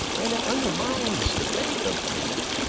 and that undermines the faith of people.